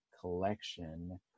collection